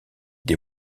des